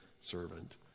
servant